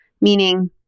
meaning